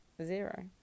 Zero